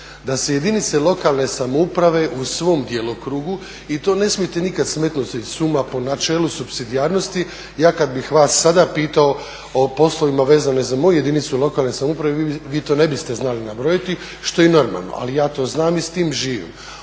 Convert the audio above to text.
da se jedinice lokalne samouprave u svom djelokrugu i to ne smijete nikad smetnuti s uma, po načelu supsidijarnosti, ja kad bih vas sada pitao o poslovima vezano za moju jedinice lokalne samouprave vi to ne biste znali nabrojiti što je i normalno, ali ja to znam i s tim živim.